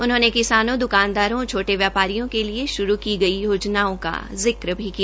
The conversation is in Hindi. उन्होंने किसानों द्कानदारों और छोटे व्यापारियों के लिए श्रू की गई योजनाओं का जिक्र भी किया